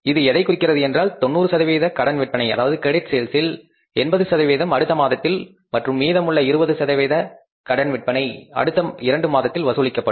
இது எதை குறிக்கின்றது என்றால் 90 சதவீத கடன் விற்பனையில் 80 அடுத்த மாதத்தில் மற்றும் மீதமுள்ள 20 சதவீத கடன் விற்பனையானது அடுத்த இரண்டு மாதத்தில் வசூலிக்கப்படும்